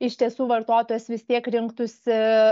iš tiesų vartotojas vis tiek rinktųsi